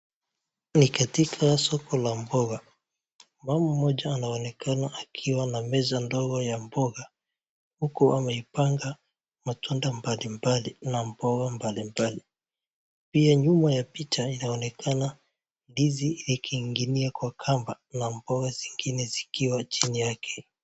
Ni katika soko la mboga, mama mmoja anaonekana akiwa na meza ndogo ya mboga huku amepanga matunda mbalimbali na mboga mbalimbali. Pia nyuma ya picha inaonekana ndizi ikining'inia kwa kamba na mboga zingine zikiwa chini yake.